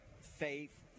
Faith